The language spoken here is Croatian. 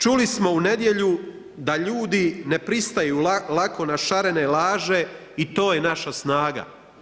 Čuli smo u nedjelju da ljudi ne pristaju lako na šarene laže i to je naša snaga.